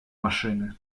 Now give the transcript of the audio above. машины